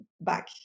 back